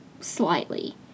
slightly